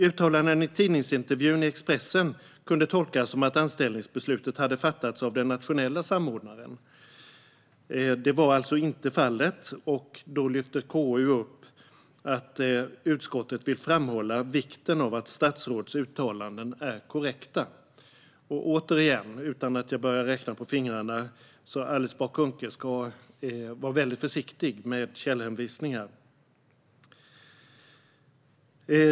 Uttalanden i tidningsintervjun i Expressen kunde tolkas som att anställningsbeslutet hade fattats av den nationella samordnaren. Det var alltså inte fallet. KU lyfter upp att utskottet vill framhålla vikten av att statsråds uttalanden är korrekta. Återigen, och utan att jag börjar räkna på fingrarna: Alice Bah Kuhnke ska vara väldigt försiktig med källhänvisningar.